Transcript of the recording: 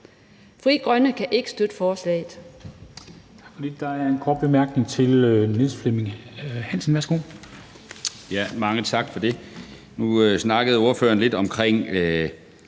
Frie Grønne kan ikke støtte forslaget.